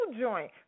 joint